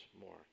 more